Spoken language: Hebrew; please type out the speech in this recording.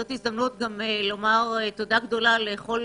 זו הזדמנות לומר תודה גדולה לכל